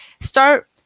start